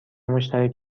مشترک